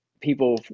people